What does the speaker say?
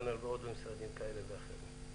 כנ"ל בעוד משרדים כאלה ואחרים.